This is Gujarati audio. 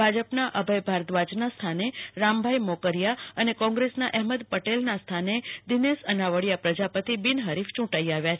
ભાજપના અભય ભારદ્રાજના સ્થાને રામભાઈ મોકરીયા અને કોંગ્રેસના એફમદ પટેલના સ્થાને દિનેશ અનાવાડીયા પ્રજાપતિ બિનહરીફ યું ટાઈ આવ્યા છે